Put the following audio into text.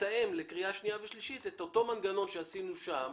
לתאם לקריאה שנייה ושלישית את אותו מנגנון שעשינו שם.